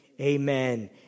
amen